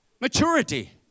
maturity